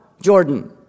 Jordan